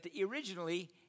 Originally